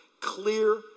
clear